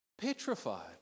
petrified